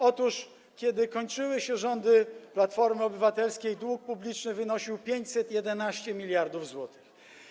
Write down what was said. Otóż kiedy kończyły się rządy Platformy Obywatelskiej, dług publiczny wynosił 511 mld zł.